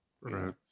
Right